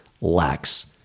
lacks